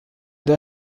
der